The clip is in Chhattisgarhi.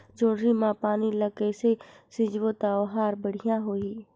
जोणी मा पानी ला कइसे सिंचबो ता ओहार बेडिया होही?